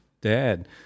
dad